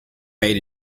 raid